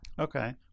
Okay